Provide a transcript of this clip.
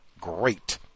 Great